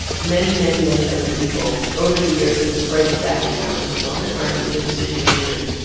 many, many, many other people over the years and right exactly now in this moment are in the same situation,